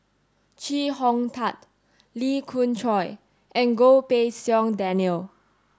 Chee Hong Tat Lee Khoon Choy and Goh Pei Siong Daniel